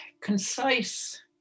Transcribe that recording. concise